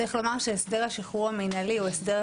צריך לומר שהסדר השחרור המינהלי הוא הסדר